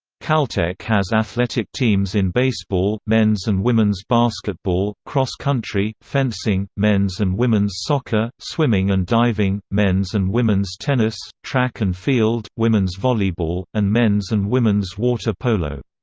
caltech has athletic teams in baseball, men's and women's basketball, cross country, fencing, men's and women's soccer, swimming and diving, men's and women's tennis, track and field, women's volleyball, and men's and women's water polo.